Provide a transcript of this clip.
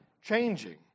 changing